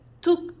took